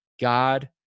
God